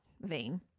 vein